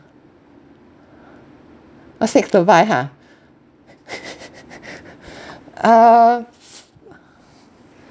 must stick to buy ha uh